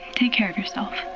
take care of yourself,